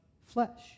flesh